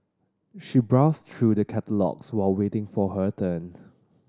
she browsed through the catalogues while waiting for her turn